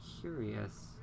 curious